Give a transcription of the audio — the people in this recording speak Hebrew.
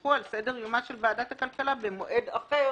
ויונחו על סדר-יומה של ועדת הכלכלה במועד אחר